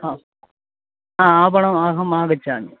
हा हा आपणम् अहम् आगच्छामि